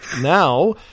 now